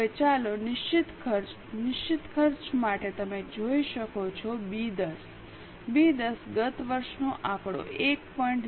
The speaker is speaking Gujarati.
હવે ચાલો નિશ્ચિત ખર્ચ નિશ્ચિત ખર્ચ માટે તમે જોઈ શકો છો બી 10 બી 10 ગત વર્ષનો આંકડો 1